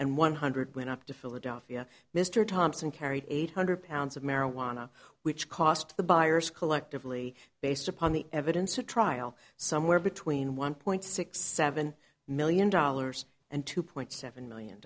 and one hundred went up to philadelphia mr thompson carried eight hundred pounds of marijuana which cost the buyers collectively based upon the evidence a trial somewhere between one point six seven million dollars and two point seven million